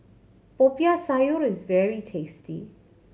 Popiah Sayur is very tasty